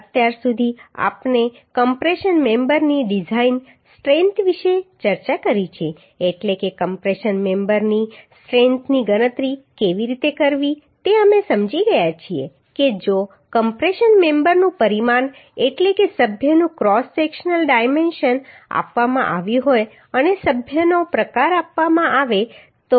અત્યાર સુધી આપણે કમ્પ્રેશન મેમ્બરની ડિઝાઇન સ્ટ્રેન્થ વિશે ચર્ચા કરી છે એટલે કે કમ્પ્રેશન મેમ્બરની સ્ટ્રેન્થની ગણતરી કેવી રીતે કરવી તે અમે સમજી ગયા છીએ કે જો કમ્પ્રેશન મેમ્બરનું પરિમાણ એટલે કે સભ્યનું ક્રોસ સેક્શનલ ડાયમેન્શન આપવામાં આવ્યું હોય અને સભ્યનો પ્રકાર આપવામાં આવે તો